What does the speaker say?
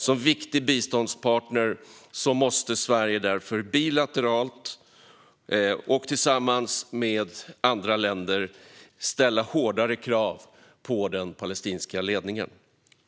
Som viktig biståndspartner måste Sverige därför bilateralt och tillsammans med andra länder ställa hårdare krav på den palestinska ledningen.